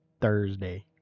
Thursday